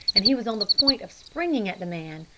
and he was on the point of springing at the man,